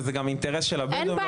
וזה גם אינטרס של הבדואים לא פחות ממני.